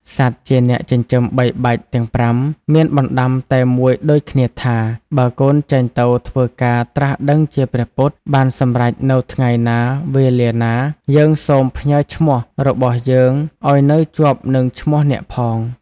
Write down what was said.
សត្វជាអ្នកចិញ្ចឹមបីបាច់ទាំង ៥ មានបណ្តាំតែមួយដូចគ្នាថា "បើកូនចេញទៅធ្វើការត្រាស់ដឹងជាព្រះពុទ្ធ បានសម្រេចនៅថ្ងៃណា វេលាណា យើងសូមផ្ញើឈ្មោះរបស់យើង ឲ្យនៅជាប់នឹងឈ្មោះអ្នកផង!”។